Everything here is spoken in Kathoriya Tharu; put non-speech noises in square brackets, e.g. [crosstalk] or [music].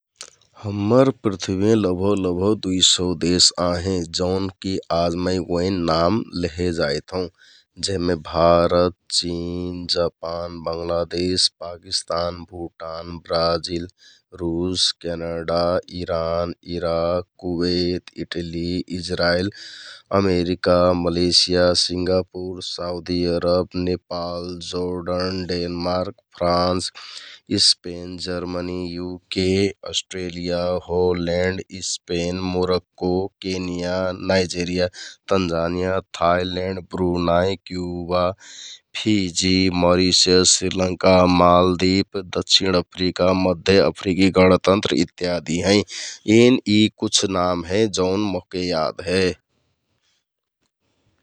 [noise] हम्मर पृथ्वीमे लगभग लगभग दुइ सौ देश आहें । जौनकि ओइन नाउँ आज मे लेहे जाइत हौं । जेहमे भारत, चिन, जापान, बंगलादेश, पाकिस्तान, भुटान, ब्राजिल, रुस, Canada, Iran, Iraq, Kuwait, Italy, Israel, America, Malaysia, Singapore, Saudi Arab, Nepal, Jordan, Denmark, France [noise] Spain, Germany, UK Australia, Holland, Spain, Morocco, ओकेनियाँ, नाइजेरिया, जनजानियाँ, थाइल्याण्ड, ब्रुनाइक, क्युआ, फिजि, मरेसियस, श्रीलंका, मालदिभ्स, दक्षिण अफ्रिका, मध्य अफ्रिकि अणतन्त्र इत्यादि हैं । एन यि कुछ नाम हे जौन मोहके याद हे ।